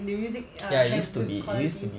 the music err have good quality